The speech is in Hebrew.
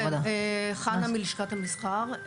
אני מלשכת המסחר.